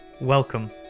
Welcome